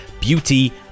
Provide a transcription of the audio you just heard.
beauty